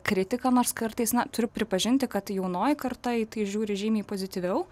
kritiką nors kartais na turiu pripažinti kad jaunoji karta į tai žiūri žymiai pozityviau